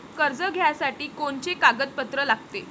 कर्ज घ्यासाठी कोनचे कागदपत्र लागते?